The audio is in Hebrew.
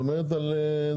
את אומרת על זה.